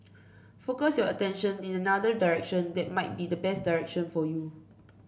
focus your attention in another direction that might be the best direction for you